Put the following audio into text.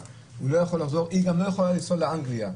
הוא לא יכול לחזור והיא גם לא יכולה לנסוע חזרה לאנגליה,